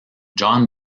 john